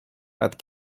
but